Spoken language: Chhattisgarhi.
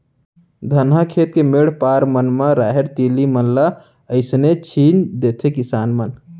धनहा खेत के मेढ़ पार मन म राहेर, तिली मन ल अइसने छीन देथे किसान मन